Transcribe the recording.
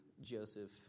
Joseph